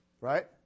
Right